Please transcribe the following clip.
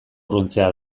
urruntzea